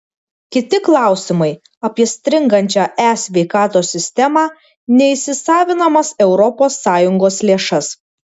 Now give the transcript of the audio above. kiti klausimai apie stringančią e sveikatos sistemą neįsisavinamas europos sąjungos lėšas